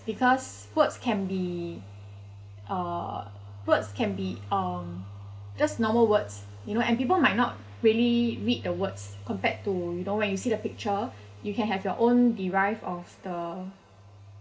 because words can be uh words can be um just normal words you know and people might not really read the words compared to you know when you see the picture you can have your own derive of the